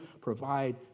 provide